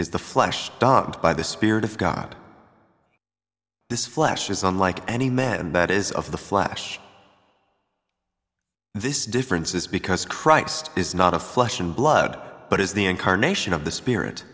is the flesh dogged by the spirit of god this flesh is on like any man but is of the flash this difference is because christ is not a flesh and blood but is the incarnation of the spirit